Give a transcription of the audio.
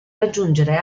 raggiungere